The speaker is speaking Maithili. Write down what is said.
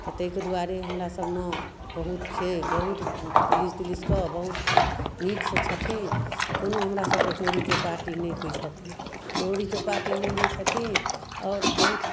तऽ तैके दुआरे हमरा सबमे बहुत छै बहुत पुलिस तुलिसके बहुत नीकसँ छथिन कोनो हमरा सबके चोरी चौपाटी नहि होइ छथिन चोरी चौपाटी नहि होइ छथिन आओर बहुत